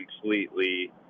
completely